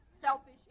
Selfish